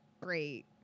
great